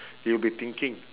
you'll be thinking